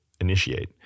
initiate